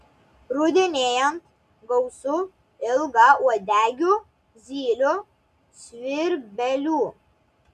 rudenėjant gausu ilgauodegių zylių svirbelių